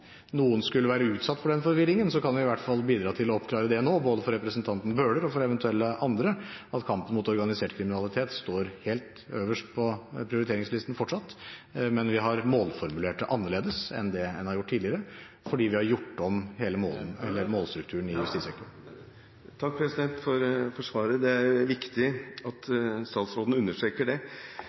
noen skulle være utsatt for den forvirringen, kan jeg i hvert fall bidra til å oppklare det nå, både for representanten Bøhler og for eventuelle andre, at kampen mot organisert kriminalitet står helt øverst på prioriteringslisten fortsatt, men vi har målformulert det annerledes enn det vi gjorde tidligere, fordi vi har gjort om hele målstrukturen i justissektoren. Takk for svaret. Det er viktig at statsråden understreker det.